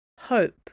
Hope